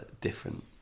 different